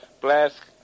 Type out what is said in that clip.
Blast